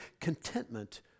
contentment